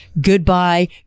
goodbye